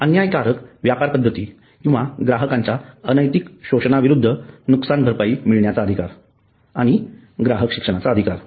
अन्यायकारक व्यापार पद्धती किंवा ग्राहकांच्या अनैतिक शोषणाविरूद्ध नुकसान भरपाई मिळण्याचा अधिकार आणि ग्राहक शिक्षणाचा अधिकार